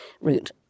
route